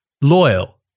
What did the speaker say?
loyal